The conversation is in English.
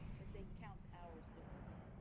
that they count hours differently.